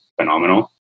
phenomenal